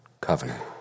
covenant